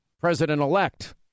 president-elect